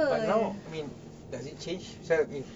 but I mean does it change if